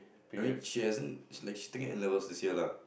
I mean she hasn't she is taking N-levels this year lah